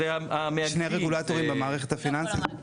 שני רגולטורים במערכת הפיננסית?